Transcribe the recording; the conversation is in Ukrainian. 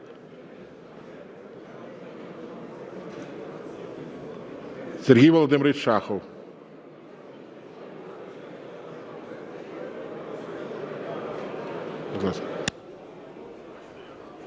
Сергій Володимирович Шахов.